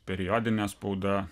periodinė spauda